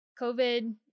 COVID